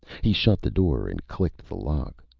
he shut the door, and clicked the lock.